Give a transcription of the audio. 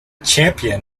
champion